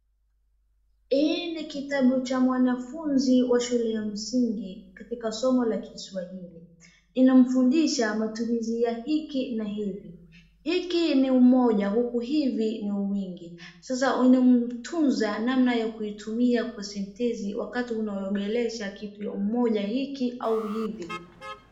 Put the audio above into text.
Hii ni kitabu cha mwanafunzi wa shule ya msingi katika somo la Kisawhili .Inamfundisha matumizi ya hiki na hivi. Hiki ni umoja huku hivi ni wingi sasa inamtunza namna ya kuitumia sentesi wakati unaongelesha mmoja hiki au hivi.